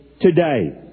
today